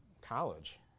college